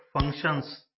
functions